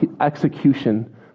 execution